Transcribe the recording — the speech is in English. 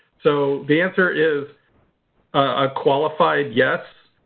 so the answer is a qualified yes.